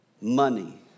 money